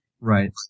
Right